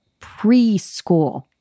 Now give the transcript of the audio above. preschool